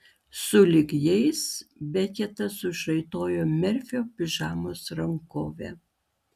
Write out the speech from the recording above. sulig jais beketas užraitojo merfio pižamos rankovę